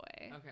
okay